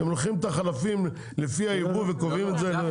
אתם לוקחים את החלפים לפי היבוא וקובעים את זה.